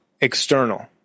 external